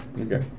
Okay